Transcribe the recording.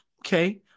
okay